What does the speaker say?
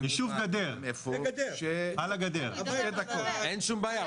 גם --- אין שום בעיה.